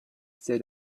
said